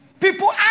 People